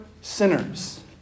sinners